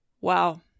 Wow